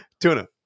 Tuna